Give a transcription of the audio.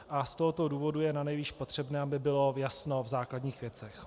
Z tohoto důvodu je nanejvýš potřebné, aby bylo jasno v základních věcech.